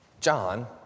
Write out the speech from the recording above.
John